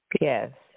Yes